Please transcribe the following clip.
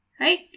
Right